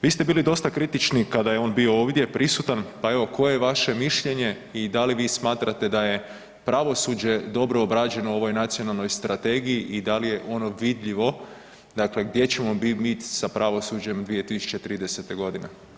Vi ste bili dosta kritički kada je on bio ovdje prisutan, pa evo koje je vaše mišljenje i da li vi smatrate da je pravosuđe dobro obrađeno u ovoj nacionalnoj strategiji i da li je ono vidljivo, dakle gdje ćemo mi biti sa pravosuđem 2030. godine?